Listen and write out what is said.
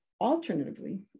alternatively